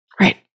right